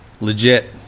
Legit